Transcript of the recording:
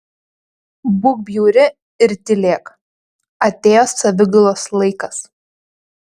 būk bjauri ir tylėk atėjo savigailos laikas